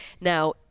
Now